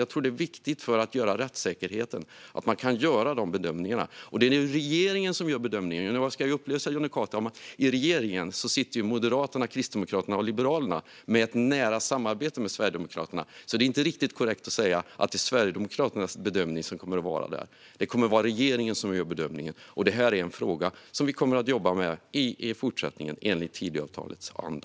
Jag tror att det är viktigt för rättssäkerheten att man kan göra de bedömningarna. Det är nu regeringen som gör bedömningen, och jag ska upplysa Jonny Cato om att i regeringen sitter Moderaterna, Kristdemokraterna och Liberalerna - med ett nära samarbete med Sverigedemokraterna. Det är alltså inte riktigt korrekt att säga att det är Sverigedemokraternas bedömning som kommer att gälla. Det kommer att vara regeringen som gör bedömningen, och det är en fråga som vi kommer att jobba med i fortsättningen i Tidöavtalets anda.